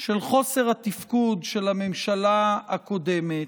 של חוסר התפקוד של הממשלה הקודמת,